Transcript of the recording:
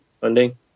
funding